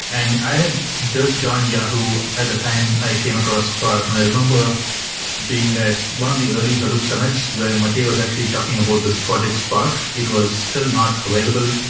and i had just joined yahoo at the time i came across spark, and i remember being at one of the early hadoop summits where matthew was actually talking about this project spark. it was still not available,